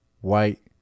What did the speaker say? white